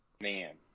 man